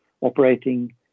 operating